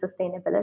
sustainability